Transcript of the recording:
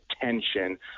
tension